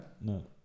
No